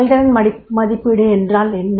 செயல்திறன் மதிப்பீடு என்றால் என்ன